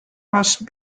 must